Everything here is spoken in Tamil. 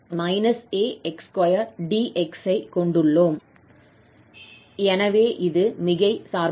எனவே இது மிகை சார்பாகும்